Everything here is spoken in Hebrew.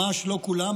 ממש לא כולם,